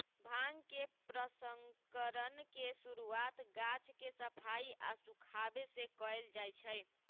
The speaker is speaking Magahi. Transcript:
भांग के प्रसंस्करण के शुरुआत गाछ के सफाई आऽ सुखाबे से कयल जाइ छइ